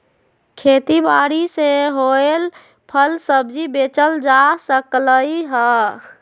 खेती बारी से होएल फल सब्जी बेचल जा सकलई ह